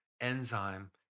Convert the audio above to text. enzyme